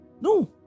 No